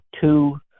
two